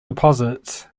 deposits